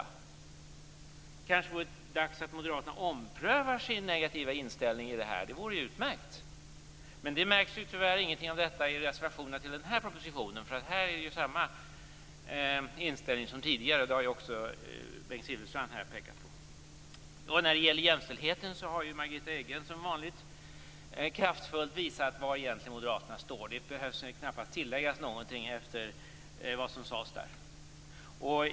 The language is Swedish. Det kanske vore dags för Moderaterna att ompröva sin negativa inställning i det här. Det vore utmärkt. Men det märks tyvärr ingenting av detta i reservationerna till den här propositionen. Här är det samma inställning som tidigare, vilket också Bengt Silfverstrand här har pekat på. När det gäller jämställdheten har Margitta Edgren som vanligt kraftfullt visat var Moderaterna egentligen står. Det behöver knappast tilläggas något efter vad som sades där.